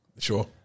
Sure